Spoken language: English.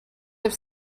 have